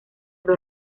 dos